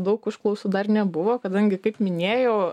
daug užklausų dar nebuvo kadangi kaip minėjau